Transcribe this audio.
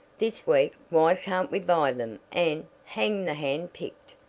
this week why can't we buy them and hang the handpicked,